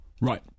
Right